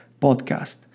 Podcast